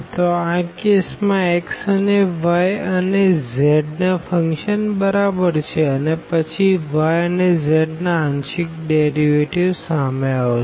તો આ કેસ માં x એ y અને zના ફંક્શન બરાબર છે અને પછી y અને z ના પાર્ડેશિઅલ ડેરીવેટીવ સામે આવશે